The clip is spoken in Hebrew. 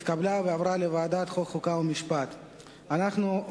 לדיון מוקדם בוועדת החוקה, חוק ומשפט נתקבלה.